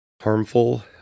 harmful